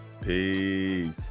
Peace